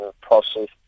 process